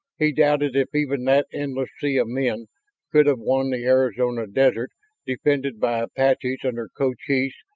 he doubted if even that endless sea of men could have won the arizona desert defended by apaches under cochise,